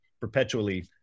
perpetually